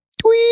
tweet